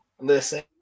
Listen